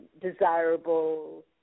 desirable